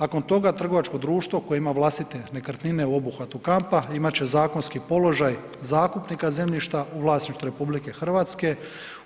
Nakon toga, trgovačko društvo koje ima vlastite nekretnine u obuhvatu kampa, imat će zakonski položaj zakupnika zemljišta u vlasništvu RH